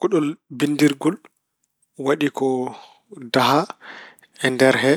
Kuɗol binndirgol waɗi ko daha e nder he,